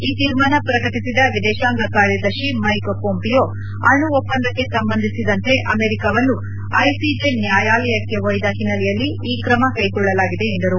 ಈ ತೀರ್ಮಾನ ಪ್ರಕಟಿಸಿದ ವಿದೇಶಾಂಗ ಕಾರ್ಯದರ್ಶಿ ಮೈಕ್ ಪೋಂಪಿಯೊ ಅಣು ಒಪ್ಪಂದಕ್ಕೆ ಸಂಬಂಧಿಸಿದಂತೆ ಅಮೆರಿಕಾವನ್ನು ಐಸಿಜೆ ನ್ಯಾಯಾಲಯಕ್ಕೆ ಒಯ್ದ ಹಿನ್ನೆಲೆಯಲ್ಲಿ ಈ ಕ್ರಮ ಕೈಗೊಳ್ಳಲಾಗಿದೆ ಎಂದರು